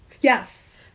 Yes